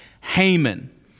Haman